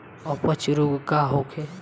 अपच रोग का होखे?